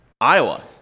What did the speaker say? Iowa